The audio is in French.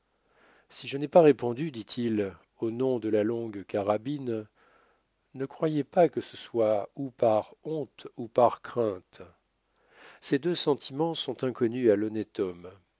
si je n'ai pas répondu dit-il au nom de la longuecarabine ne croyez pas que ce soit ou par honte ou par crainte ces deux sentiments sont inconnus à